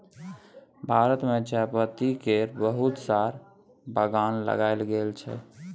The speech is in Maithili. भारत मे चायपत्ती केर बहुत रास बगान लगाएल गेल छै